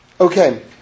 Okay